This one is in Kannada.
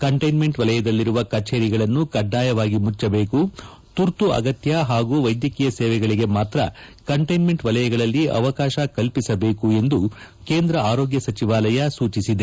ಕಂಟೈನ್ಲೆಂಟ್ ವಲಯದಲ್ಲಿರುವ ಕಚೇರಿಗಳನ್ನು ಕಡ್ಡಾಯವಾಗಿ ಮುಚ್ಚಬೇಕು ತುರ್ತು ಅಗತ್ತ ಹಾಗೂ ವೈದ್ಯಕೀಯ ಸೇವೆಗಳಿಗೆ ಮಾತ್ರ ಕಂಟೈನ್ಂಟ್ ವಲಯಗಳಲ್ಲಿ ಅವಕಾಶ ಕಲ್ಪಿಸಬೇಕು ಎಂದು ಕೇಂದ್ರ ಆರೋಗ್ಯ ಸಚಿವಾಲಯ ಸೂಚಿಸಿದೆ